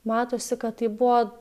matosi kad tai buvo